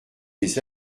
des